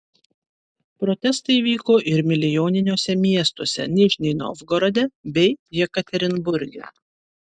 protestai vyko ir milijoniniuose miestuose nižnij novgorode bei jekaterinburge